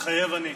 מתחייב אני